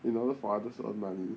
in order for others to earn money